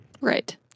Right